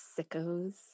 sickos